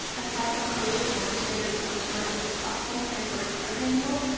aside from coaches wanting to make as much money as possible and therefore charging more,